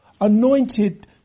anointed